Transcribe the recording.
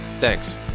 Thanks